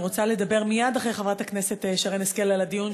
רוצה לדבר מייד אחרי חברת הכנסת שרן השכל על הדיון